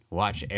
watch